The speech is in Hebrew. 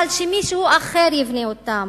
אבל שמישהו אחר יבנה אותם.